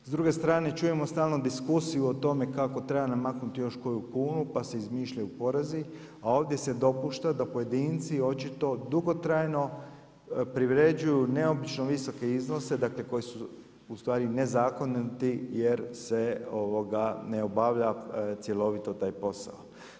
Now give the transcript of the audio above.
S druge strane čujemo stalno diskusiju o tome kako treba namaknuti još koju kunu, pa se izmišljaju porezi, a ovdje se dopušta da pojedinci očito dugotrajno privređuju neobično visoke iznose, dakle koji su u stvari nezakoniti jer se ne obavlja cjelovito taj posao.